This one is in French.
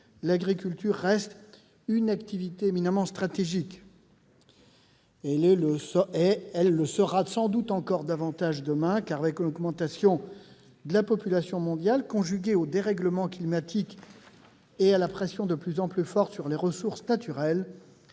l'agriculture reste une activité éminemment stratégique. Elle le sera sans doute encore davantage demain : l'augmentation de la population mondiale, conjuguée aux dérèglements climatiques et à la pression de plus en plus forte sur les ressources naturelles,